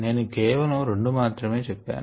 నేను కేవలం రెండు మాత్రమే చెప్పాను